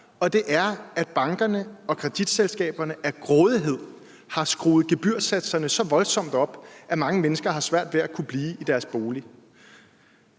og det er, at bankerne og realkreditinstitutterne af grådighed har skruet gebyrsatserne så voldsomt op, at mange mennesker har svært ved at kunne blive i deres bolig.